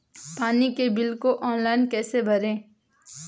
पानी के बिल को ऑनलाइन कैसे भरें?